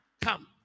come